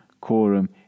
Quorum